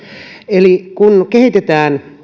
eli kun kehitetään